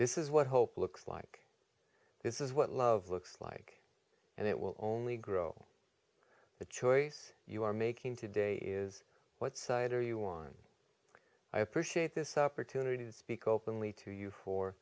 this is what hope looks like this is what love looks like and it will only grow the choice you are making today is what side are you on i appreciate this opportunity to speak openly to you for